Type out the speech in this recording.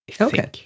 Okay